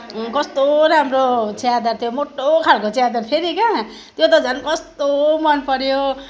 कस्तो राम्रो च्यादर त्यो मोटोखालको च्यादर फेरि क्या त्यो त झन् कस्तो मन पऱ्यो